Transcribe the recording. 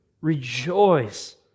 Rejoice